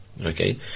Okay